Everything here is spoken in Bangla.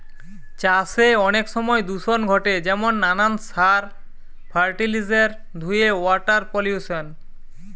চাষে অনেক সময় দূষণ ঘটে যেমন নানান সার, ফার্টিলিসের ধুয়ে ওয়াটার পলিউশন